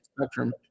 spectrum